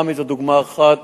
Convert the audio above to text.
ראמה זו דוגמה אחת,